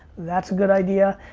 that's a good idea,